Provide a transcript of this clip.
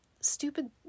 stupid